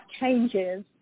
changes